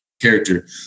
Character